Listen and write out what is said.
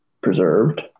preserved